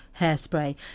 Hairspray